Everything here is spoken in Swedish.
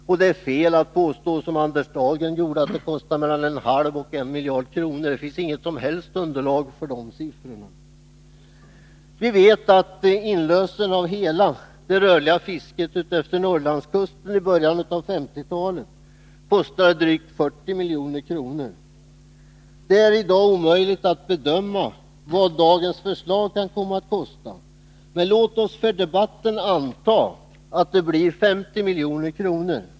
Och det är fel att påstå, som Anders Dahlgren gjorde, att det kostar 0,5-1 miljard kronor. Det finns inget som helst underlag för de siffrorna. Vi vet att inlösen av hela det rörliga fisket utefter Norrlandskusten i början av 1950-talet kostade drygt 40 milj.kr. Det är i dag omöjligt att bedöma vad dagens förslag kan komma att kosta, men låt oss för debatten anta att det blir 50 milj.kr.